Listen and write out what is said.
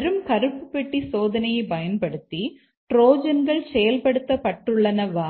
வெறும் கருப்பு பெட்டி சோதனையைப் பயன்படுத்தி ட்ரோஜன்கள் செயல்படுத்தப்பட்டுள்ளனவா